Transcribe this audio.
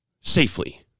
safely